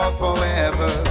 forever